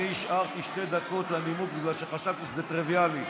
אני השארתי שתי דקות לנימוק בגלל שחשבתי שזה טריוויאלי,